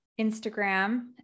Instagram